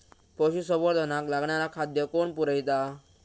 पशुसंवर्धनाक लागणारा खादय कोण पुरयता?